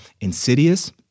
insidious